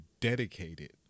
dedicated